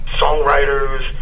songwriters